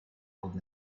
old